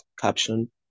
caption